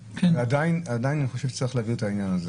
עדין אני חושב שצריך להגדיר את העניין הזה,